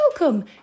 welcome